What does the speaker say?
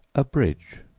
abridge,